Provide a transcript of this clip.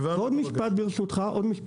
ועוד משפט אחרון,